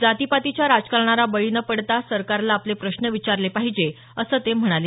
जाती पातीच्या राजकारणाला बळी न पडता सरकारला आपले प्रश्न विचारले पाहिजे असं ते म्हणाले